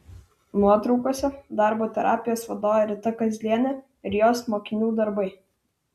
nuotraukose darbo terapijos vadovė rita kazlienė ir jos mokinių darbai